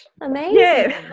amazing